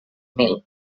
mil